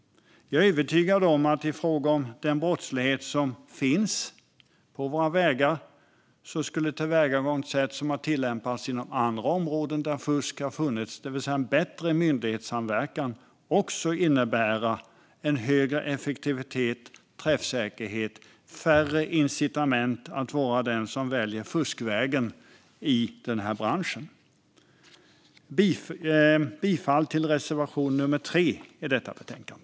Jag är övertygad om att det tillvägagångssätt som har tillämpats inom andra områden där fusk har funnits, det vill säga bättre myndighetssamverkan, skulle innebära högre effektivitet och träffsäkerhet i detta arbete och färre incitament att vara den som väljer fuskvägen även i fråga om den här branschen och den brottslighet som finns på våra vägar. Jag yrkar bifall till reservation nummer 3 i betänkandet.